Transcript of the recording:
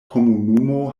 komunumo